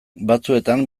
batzuetan